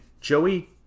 Joey